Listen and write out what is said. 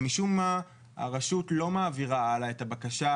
משום מה הרשות לא מעבירה הלאה את הבקשה